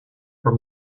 from